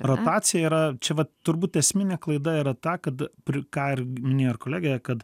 rotacija yra čia vat turbūt esminė klaida yra ta kad ką ir minėjo kolegė kad